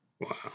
Wow